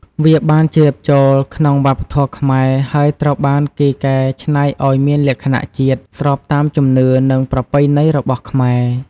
វាបានជ្រាបចូលក្នុងវប្បធម៌ខ្មែរ ហើយត្រូវបានគេកែច្នៃឱ្យមានលក្ខណៈជាតិ ស្របតាមជំនឿ និងប្រពៃណីរបស់ខ្មែរ។